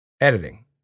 editing